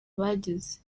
bagize